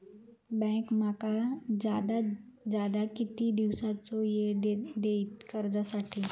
Bank माका जादात जादा किती दिवसाचो येळ देयीत कर्जासाठी?